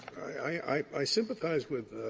i sympathize with